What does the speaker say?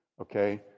Okay